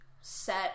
set